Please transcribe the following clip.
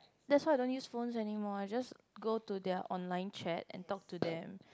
that's why I don't use phones anymore I just go to their online chat and talk to them